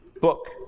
book